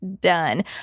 done